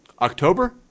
October